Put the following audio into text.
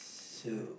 so